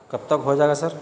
کب تک ہو جائے گا سر